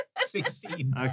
Sixteen